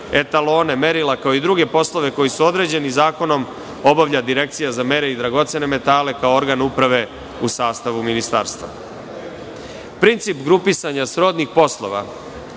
etalone, merila kao i druge poslove koji su određeni zakonom, obavlja Direkcija za mere i dragocene metale, kao organ uprave u sastavu ministarstva. Princip grupisanja srodnih poslova,